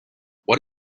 what